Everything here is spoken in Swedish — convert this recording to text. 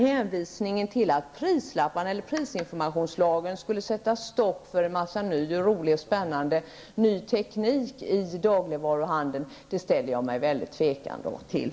Hänvisningen till att prisinformationslagen skulle sätta stopp för ny, rolig och spännande teknik i dagligvaruhandeln ställer jag mig väldigt tveksam till.